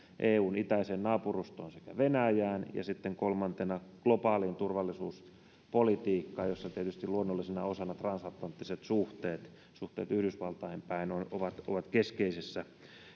eun itäiseen naapurustoon sekä venäjään ja kolmantena globaaliin turvallisuuspolitiikkaan jossa tietysti luonnollisena osana ovat transatlanttiset suhteet suhteet yhdysvaltoihin päin ovat ovat keskeisessä